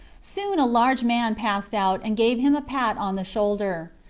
soon a large man passed out, and gave him a pat on the shoulder.